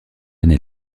année